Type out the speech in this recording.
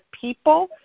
people